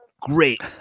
great